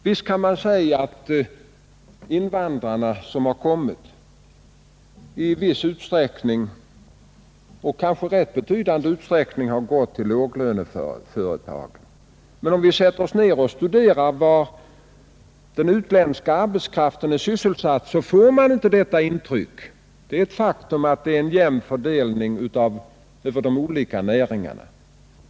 Visst kan man säga att invandrarna i rätt betydande utsträckning har gått till låglöneföretag. Men om vi sätter oss ned och studerar var den utländska arbetskraften är sysselsatt får vi inte detta intryck — det är ett faktum att det är en jämn fördelning över de olika näringarna.